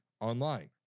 online